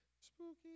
Spooky